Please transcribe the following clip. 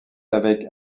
avec